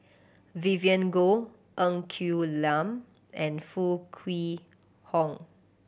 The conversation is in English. Vivien Goh Ng Quee Lam and Foo Kwee Horng